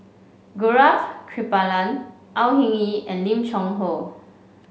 Gaurav Kripalani Au Hing Yee and Lim Cheng Hoe